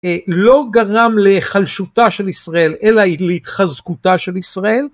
לא גרם להיחלשותה של ישראל אלא להתחזקותה של ישראל.